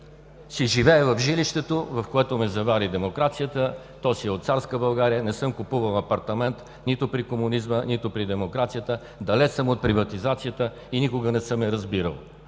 си живея в жилището, в което ме завари демокрацията. То си е от царска България. Не съм купувал апартамент нито при комунизма, нито при демокрацията. Далеч съм от приватизацията и никога не съм я разбирал.